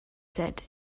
said